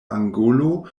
angolo